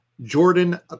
Jordan